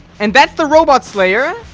and that's the robot slayer